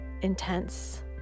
intense